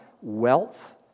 wealth